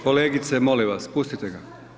Kolegice molim vas, pustite ga.